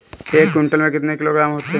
एक क्विंटल में कितने किलोग्राम होते हैं?